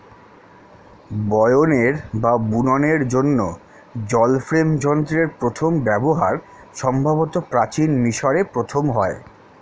বয়নের বা বুননের জন্য জল ফ্রেম যন্ত্রের প্রথম ব্যবহার সম্ভবত প্রাচীন মিশরে প্রথম হয়